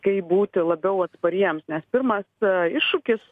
kaip būti labiau atspariems nes pirmas iššūkis